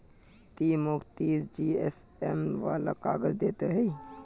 ती मौक तीस जीएसएम वाला काग़ज़ दे ते हैय्